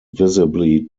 visibly